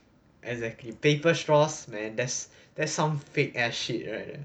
exactly paper straws man that's that's some fake as shit right